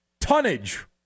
tonnage